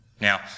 Now